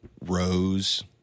Rose